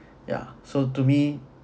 ya so to me